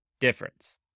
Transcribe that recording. difference